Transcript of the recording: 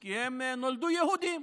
כי הם נולדו יהודים,